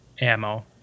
Ammo